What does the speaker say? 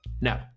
No